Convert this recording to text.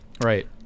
Right